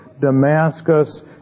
Damascus